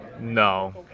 No